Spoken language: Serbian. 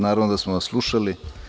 Naravno da smo vas slušali.